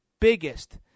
biggest